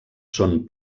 són